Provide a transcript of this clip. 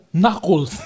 knuckles